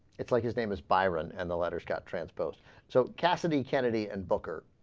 it's like his name is byron and all others got transposed so cassidy kennedy and booker